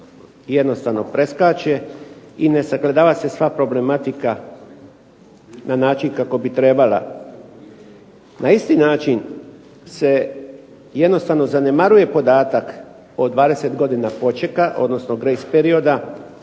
jednostavno preskače i ne sagledava se problematika na način kako bi trebala. Na isti način se jednostavno zanemaruje podatak od 20 godina počeka, odnosno grace perioda,